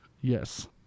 Yes